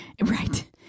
Right